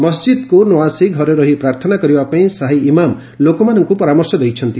ମସ୍ଜିଦ୍କୁ ନ ଆସି ଘରେ ରହି ପ୍ରାର୍ଥନା କରିବାପାଇଁ ସାହି ଇମାମ୍ ଲୋକମାନଙ୍କୁ ପରାମର୍ଶ ଦେଇଛନ୍ତି